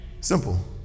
Simple